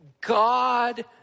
God